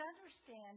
understand